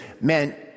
meant